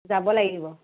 যাব লাগিব